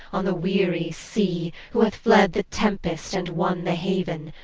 on the weary sea who hath fled the tempest and won the haven.